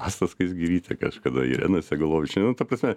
asta skaisgirytė kažkada irena segolovičienė nu ta prasme